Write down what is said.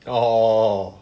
oh